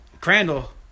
Crandall